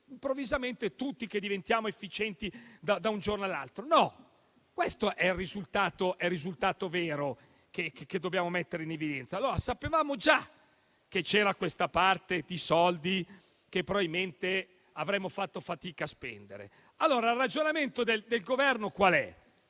improvvisamente tutti diventiamo efficienti da un giorno all'altro. No, questo è il risultato vero che dobbiamo mettere in evidenza. Sapevamo già che c'era questa parte di soldi che probabilmente avremmo fatto fatica a spendere. Qual è allora il ragionamento del Governo? Quello